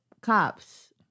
cops